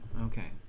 Okay